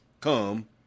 Come